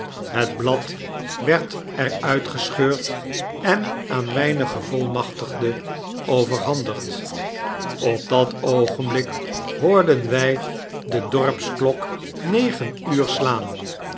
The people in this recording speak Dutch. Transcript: het blad werd er uit gescheurd en aanmyngevolmachtigde overhandigd op dat oogenblik hoorden wy de dorpsklok negen uur slaan